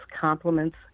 compliments